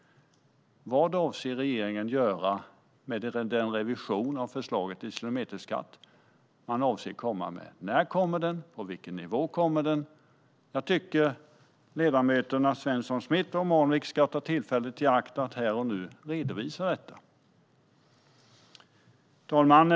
Vad avser regeringen att göra med det reviderade förslaget till kilometerskatt man avser att komma med? När kommer det? På vilken nivå kommer kilometerskatten att ligga? Jag tycker att ledamöterna Karin Svensson Smith och Jasenko Omanovic ska tillfället i akt att här och nu redovisa detta. Herr ålderspresident!